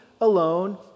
alone